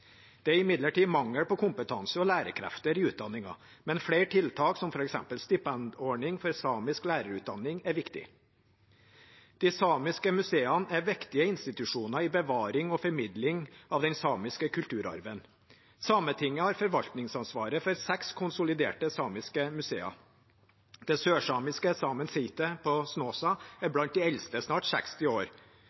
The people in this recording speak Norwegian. Det er imidlertid mangel på kompetanse og lærerkrefter i utdanningen. Flere tiltak, som f.eks. stipendordning for samisk lærerutdanning, er viktig. De samiske museene er viktige institusjoner i bevaring og formidling av den samiske kulturarven. Sametinget har forvaltningsansvaret for seks konsoliderte samiske museer. Det sørsamiske Saemien Sijte på Snåsa er blant de eldste – snart 60 år.